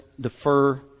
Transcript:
Defer